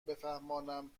بفهمانم